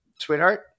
sweetheart